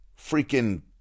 Freaking